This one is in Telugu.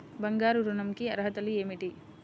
బంగారు ఋణం కి అర్హతలు ఏమిటీ?